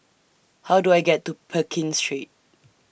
How Do I get to Pekin Street